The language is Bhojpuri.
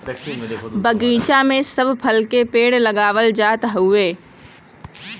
बगीचा में सब फल के पेड़ लगावल जात हउवे